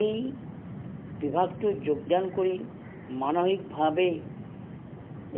এই বিভাগটোত যোগদান কৰি মানসিকভাৱে